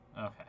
Okay